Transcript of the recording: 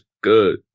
good